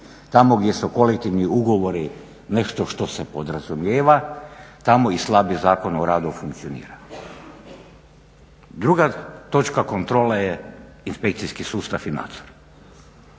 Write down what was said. tamo gdje su kolektivni ugovori nešto što se podrazumijeva, tamo i slabi Zakon o radu funkcioniranja. Druga točka kontrole je inspekcijski sustav i nadzor.